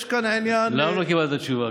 למה לא קיבלת תשובה?